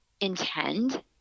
intend